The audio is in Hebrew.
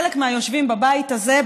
חלק מהיושבים בבית הזה,